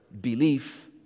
belief